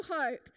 hope